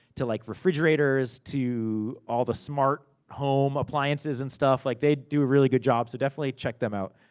to like refrigerators, to all the smart home appliances and stuff. like, they do a really good job, so definitely check them out.